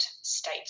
state